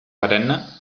perenne